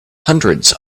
hundreds